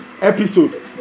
episode